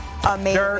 amazing